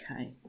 Okay